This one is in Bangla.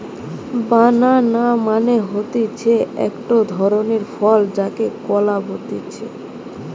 বানানা মানে হতিছে একটো ধরণের ফল যাকে কলা বলতিছে